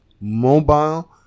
mobile